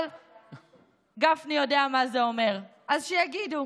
אבל גפני יודע מה זה אומר: אז שיגידו.